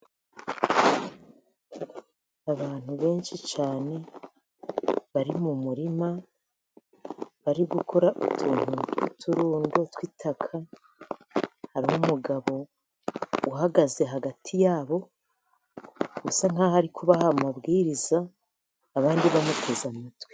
Abantu benshi cyane bari mu murima bari gukora utuntu tw'uturundo tw'itaka, hari n'umugabo uhagaze hagati yabo bisa nk'aho ari kubaha amabwiriza, abandi bamuteza amatwi.